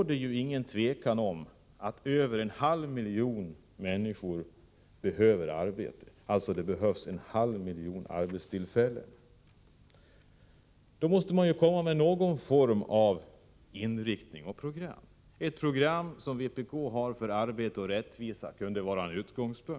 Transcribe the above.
Det råder inget tvivel om att över en halv miljon människor behöver arbete. Alltså: det behövs en halv miljon arbetstillfällen. Då måste man komma med någon form av program. Ett program som vpk har för arbete och rättvisa kunde vara en utgångspunkt.